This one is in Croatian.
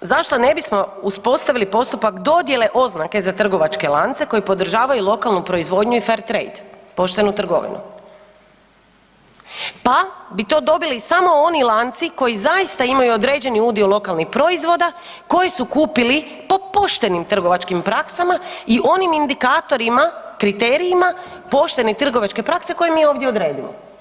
zašto ne bismo uspostavili postupak dodjele oznake za trgovačke lance koji podržavaju lokalnu proizvodnju i fair trade, poštenu trgovinu, pa bi to dobili samo oni lanci koji zaista imaju određeni udio lokalnih proizvoda koje su kupili po poštenim trgovačkim praksama i onim indikatorima, kriterijima poštene trgovačke prakse koju mi ovdje odredimo.